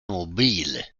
mobil